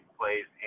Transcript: plays